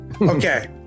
Okay